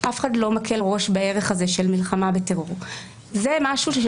שוכח שבסופו של דבר